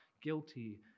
guilty